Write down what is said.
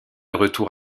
retour